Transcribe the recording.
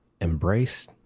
embrace